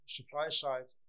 supply-side